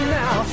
now